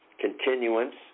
continuance